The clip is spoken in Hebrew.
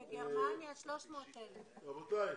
רבותיי,